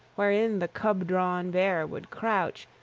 wherein the cub-drawn bear would couch,